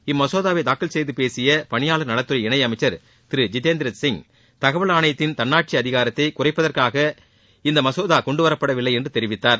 இம்மசோதாவை தாக்கல் செய்து பேசிய பணியாளர் நலத்துறை இணையமைச்சர் திரு ஜிதேந்திர சிங் தகவல் ஆணையத்தின் தன்னாட்சி அதிகாரத்தை குறைப்பதற்காக இந்த மசோதா கொண்டுவரப்படவில்லை என்று தெரிவித்தார்